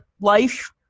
life